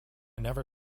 never